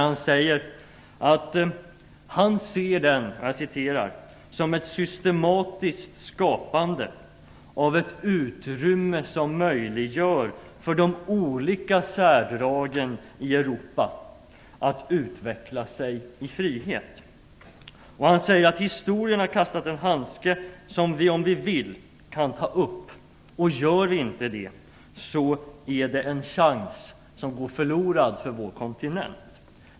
Han säger att han ser den som ett systematiskt skapande av ett utrymme som möjliggör för de olika särdragen i Europa att utveckla sig i frihet. Han säger att historien har kastat en handske som vi, om vi vill, kan ta upp och gör vi inte det är det en chans som går förlorad för vår kontinent.